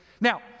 Now